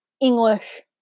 English